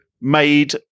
made